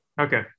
Okay